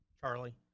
Charlie